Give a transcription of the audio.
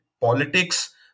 politics